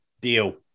deal